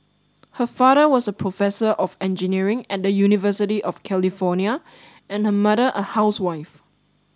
her father was a professor of engineering at the University of California and her mother a housewife